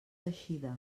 teixida